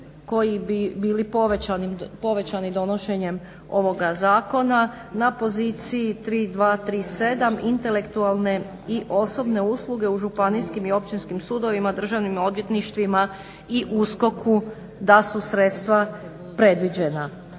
koji bi bili povećani donošenjem ovog zakona na poziciji 3237 intelektualne i osobne usluge u županijskim i općinskim sudovima, državnim odvjetništvima i USKOK-u da su sredstva predviđena.